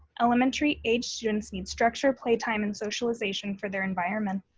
elementary aged students need structure, playtime, and socialization for their environment,